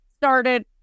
started